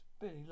Billy